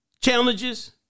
challenges